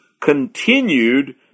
continued